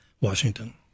Washington